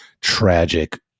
tragic